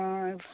অঁ